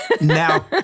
Now